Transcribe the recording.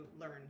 learn